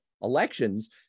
elections